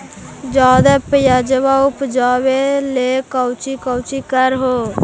ज्यादा प्यजबा उपजाबे ले कौची कौची कर हो?